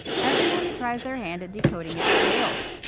everyone who tries their hand at decoding it fails,